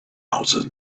houses